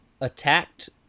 attacked